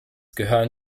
gehören